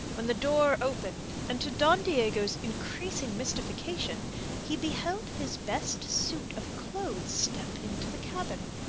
when the door opened, and to don diego's increasing mystification he beheld his best suit of clothes step into the cabin.